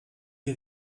die